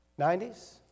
90s